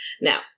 Now